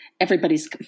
everybody's